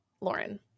Lauren